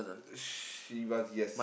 Chivas yes